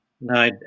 no